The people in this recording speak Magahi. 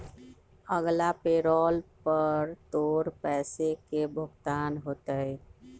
अगला पैरोल पर तोर पैसे के भुगतान होतय